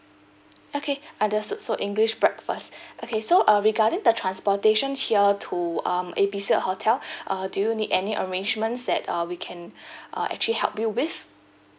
okay understood so english breakfast okay so uh regarding the transportation here to um A B C hotel uh do you need any arrangements that uh we can uh actually help you with